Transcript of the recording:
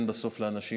העדות